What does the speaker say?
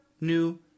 new